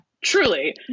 Truly